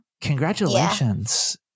congratulations